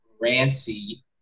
Rancy